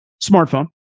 smartphone